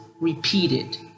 repeated